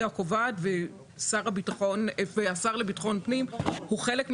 הקובעת והשר לביטחון פנים הוא חלק מהממשלה.